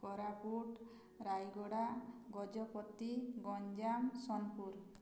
Koraput Rayagada Gajapati Ganjam Sonepur